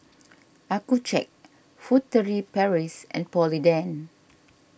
Accucheck Furtere Paris and Polident